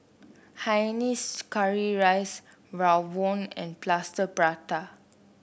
Hainanese Curry Rice rawon and Plaster Prata